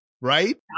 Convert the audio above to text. right